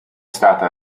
stata